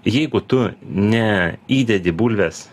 jeigu tu neįdedi bulvės